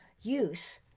use